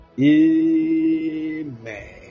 amen